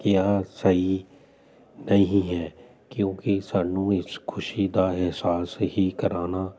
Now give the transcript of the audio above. ਕੀ ਇਹ ਸਹੀ ਨਹੀਂ ਹੈ ਕਿਉਂਕਿ ਸਾਨੂੰ ਇਸ ਖੁਸ਼ੀ ਦਾ ਅਹਿਸਾਸ ਹੀ ਕਰਵਾਉਣਾ